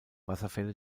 wasserfälle